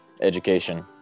education